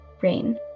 rain